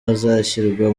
azashyirwa